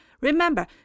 Remember